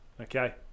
Okay